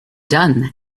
done